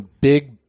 big –